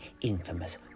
infamous